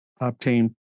obtain